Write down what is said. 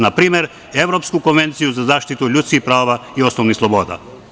Na primer, Evropsku konvenciju za zaštitu ljudskih prava i osnovnih sloboda.